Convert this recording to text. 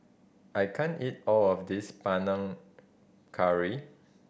I can't eat all of this Panang Curry